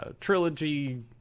trilogy